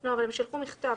לא, אבל הם שלחו מכתב.